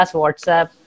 WhatsApp